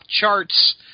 charts